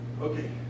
Okay